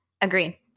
Agree